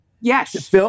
Yes